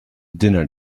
dinner